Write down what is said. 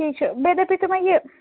ٹھیٖک چھُ بیٚیہِ دپٮ۪و تُہۍ مےٚ یہِ